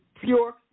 pure